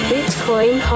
Bitcoin